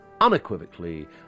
unequivocally